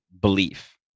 belief